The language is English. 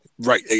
Right